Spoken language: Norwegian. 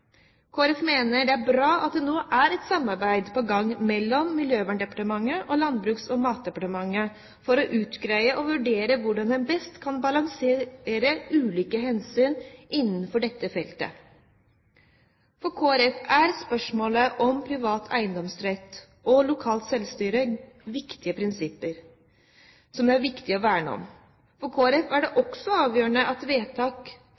Folkeparti mener det er bra at det nå er et samarbeid mellom Miljøverndepartementet og Landbruks- og matdepartementet for å utgreie og vurdere hvordan en best kan balansere ulike hensyn innenfor dette feltet. For Kristelig Folkeparti er spørsmålet om privat eiendomsrett og lokalt selvstyre viktige prinsipper som det er viktig å verne om. For Kristelig Folkeparti er det også avgjørende at vedtak